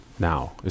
Now